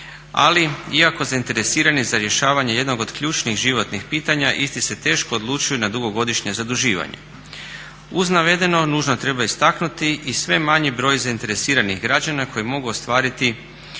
ali iako zainteresirani za rješavanje jednog od ključnih životnih pitanja isti se teško odlučuju na dugogodišnje zaduživanje. Uz navedeno nužno treba istaknuti i sve manji broj zainteresiranih građana koji mogu ostvariti